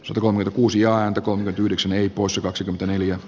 suomi kuusi ja antakoon nyt yhdeksän hipoo su kaksikymmentäneljä